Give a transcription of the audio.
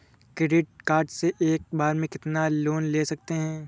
Credit card से एक बार में कितना लोन ले सकते हैं?